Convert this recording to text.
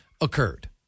occurred